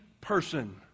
person